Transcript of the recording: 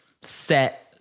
set